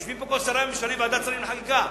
יושבים פה השרים בוועדת שרים לחקיקה,